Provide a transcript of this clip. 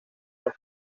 los